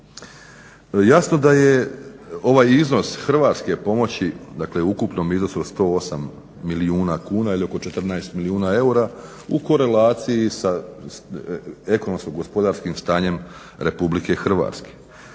Jasno da je ovaj iznos hrvatske pomoći dakle u ukupnom iznosu od 108 milijuna kuna ili oko 14 milijuna eura u korelaciji sa ekonomsko-gospodarskim stanjem Republike Hrvatske.